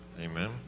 Amen